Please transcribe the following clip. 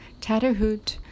Tatterhood